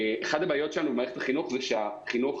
אחת הבעיות במערכת החינוך היא שהחינוך